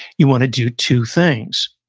you want to do two things,